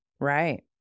Right